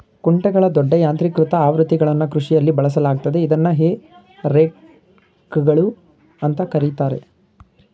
ಕುಂಟೆಗಳ ದೊಡ್ಡ ಯಾಂತ್ರೀಕೃತ ಆವೃತ್ತಿಗಳನ್ನು ಕೃಷಿಯಲ್ಲಿ ಬಳಸಲಾಗ್ತದೆ ಇದನ್ನು ಹೇ ರೇಕ್ಗಳು ಅಂತ ಕರೀತಾರೆ